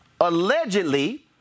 Allegedly